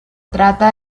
trata